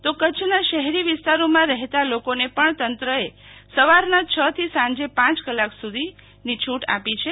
તો કચ્છના શહેરી વિસ્તારોમાં રહેતા લોકોને પણ તંત્રએ સવારના હથી સાથે પ કલાક સુધી છૂટ આપ છે